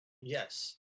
yes